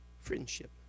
friendship